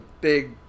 big